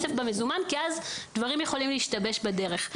כסף מזומן כי אז דברים יכולים להשתבש בדרך.